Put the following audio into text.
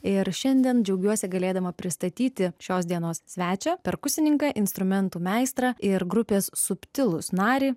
ir šiandien džiaugiuosi galėdama pristatyti šios dienos svečią perkusininką instrumentų meistrą ir grupės subtilus narį